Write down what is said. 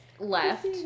left